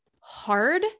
hard